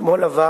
אתמול עבר